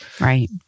Right